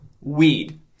weed